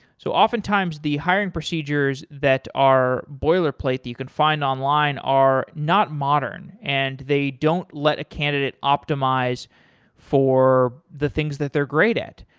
so oftentimes the hiring procedures that are boilerplate that you could find online are not modern and they don't let a candidate optimize for the things that they're great at,